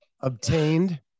obtained